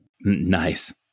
Nice